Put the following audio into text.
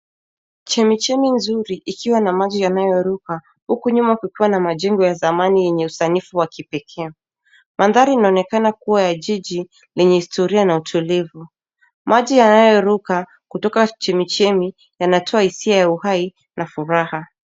Chemi chemi nzuri ikiwa na maji yanayoruka, huku nyuma kukiwa na majengo ya zamani yenye usanifu wa kipekee. Mandhari inaonekana kuwa ya jiji lenye historia na utulivu. Maji yanayoruka, kutoka chemi chemi, yanatoa hisia ya uhai na furaha.